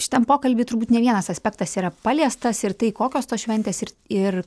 šitam pokalby turbūt ne vienas aspektas yra paliestas ir tai kokios tos šventės ir ir